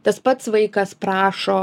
tas pats vaikas prašo